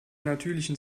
natürlichen